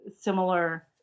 similar